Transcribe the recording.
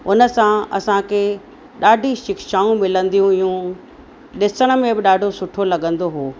उन सां असांखे ॾाढी शिक्षाऊं मिलंदियूं हुयूं ॾिसण में बि ॾाढो सुठो लॻंदो हो